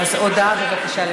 אז הודעה, בבקשה.